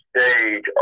stage